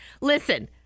Listen